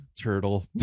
Turtle